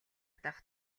дахь